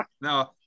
No